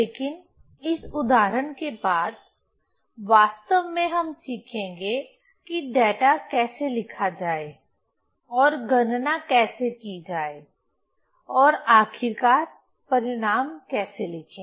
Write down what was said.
लेकिन इस उदाहरण के बाद वास्तव में हम सीखेंगे कि डेटा कैसे लिखा जाए और गणना कैसे की जाए और आखिरकार परिणाम कैसे लिखें